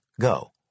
go